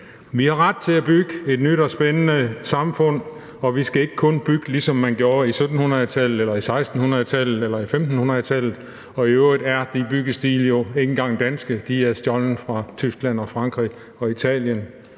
Vi har ret til at bygge et nyt og spændende samfund, og vi skal ikke kun bygge, ligesom man gjorde i 1700-tallet eller i 1600-tallet eller i 1500-tallet. I øvrigt er de byggestile jo ikke engang danske. De er stjålet fra Tyskland, Frankrig, Italien,